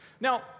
Now